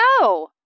No